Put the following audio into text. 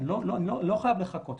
לא חייב לחכות,